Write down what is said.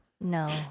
No